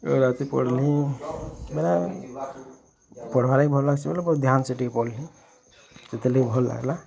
ରାତି ପଢ଼ିଲି ବେଲେ ପଢ଼ବାର୍ ଲାଗି ଭଲ୍ ଲାଗସି ବେଲେ ଧ୍ୟାନ୍ ସେ ଟିକେ ପଢ଼ିଲି ସେଥିଲାଗି ଭଲ୍ ଲାଗଲା